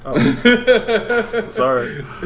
sorry